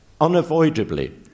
unavoidably